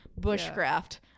bushcraft